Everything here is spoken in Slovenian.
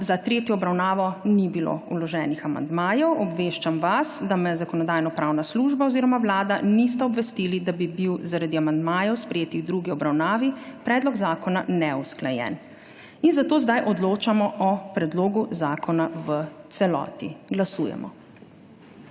za tretjo obravnavo ni bilo vloženih amandmajev. Obveščam vas, da me Zakonodajno-pravna služba oziroma Vlada nista obvestili, da bi bil zaradi amandmajev, sprejetih v drugi obravnavi, predlog zakona neusklajen. Zato zdaj odločamo o predlogu zakona v celoti. Glasujemo.